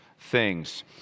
things